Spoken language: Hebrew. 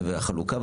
והחלוקה,